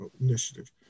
Initiative